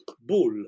bull